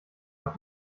auch